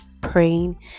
praying